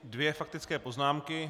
Dvě faktické poznámky.